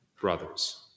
brothers